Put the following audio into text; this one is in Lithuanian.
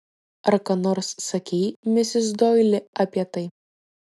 ar ką nors sakei misis doili apie tai